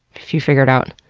if you figure it out.